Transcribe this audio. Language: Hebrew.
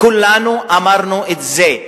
כולנו אמרנו את זה.